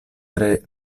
tre